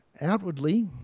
outwardly